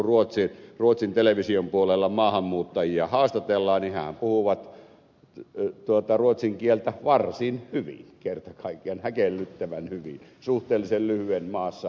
kun ruotsin television puolella maahanmuuttajia haastatellaan niin hehän puhuvat ruotsin kieltä varsin hyvin kerta kaikkiaan häkellyttävän hyvin suhteellisen lyhyen maassa asumisen jälkeen